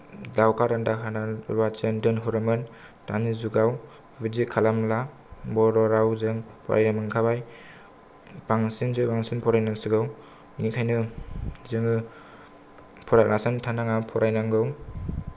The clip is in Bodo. दावखारोन्दा होनानै रुवाथिआनो दोनहरोमोन दानि जुगाव बिदि खालामला बर' रावजों फरायनो मोनखाबाय बांसिन साय बांसिन फरायनांसिगौ बिनिखायनो जोङो फरायालासेनो थानाङा फरायनांगौ